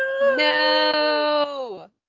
No